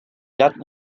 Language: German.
daten